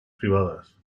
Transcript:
privadas